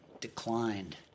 declined